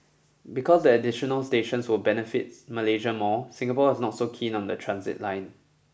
because the additional stations will benefits Malaysia more Singapore is not so keen on the transit line